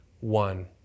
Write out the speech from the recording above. one